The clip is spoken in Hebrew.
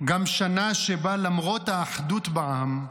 גם שנה שבה למרות האחדות בעם,